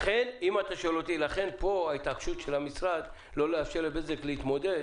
לכן ההתעקשות של המשרד לא לאפשר לבזק להתמודד